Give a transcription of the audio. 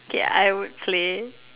ya I would play